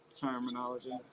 terminology